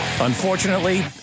Unfortunately